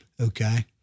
Okay